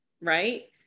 right